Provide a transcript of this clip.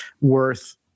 worth